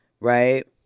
Right